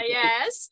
yes